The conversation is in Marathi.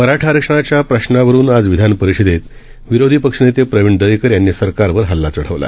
मराठाआरक्षणाच्याप्रश्नावरुनआजविधानपरिषदेतविरोधीपक्षनेतेप्रवीणदरेकरयांनीसरकारवरहल्लाचढवला